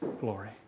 glory